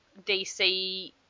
DC